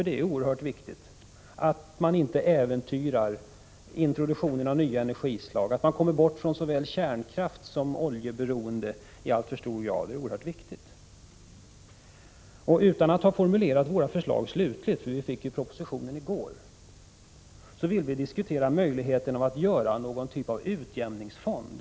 Det är ju oerhört viktigt att man inte äventyrar introduktionen av nya energislag. Det är verkligen angeläget att vi kommer bort från såväl kärnkraften som ett alltför stort oljeberoende. Utan att ha formulerat våra förslag slutligt — vi fick ju propositionen i går — vill vi diskutera möjligheten att införa någon typ av utjämningsfond.